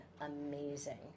amazing